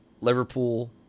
Liverpool